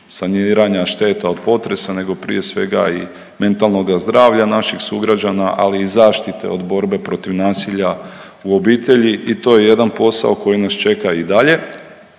saniranja šteta od potresa nego prije svega i mentalnoga zdravlja naših sugrađana, ali i zaštite od borbe protiv nasilja u obitelji i to je jedan posao koji nas čeka i dalje.